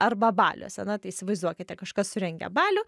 arba baliuose na tai įsivaizduokite kažkas surengia balių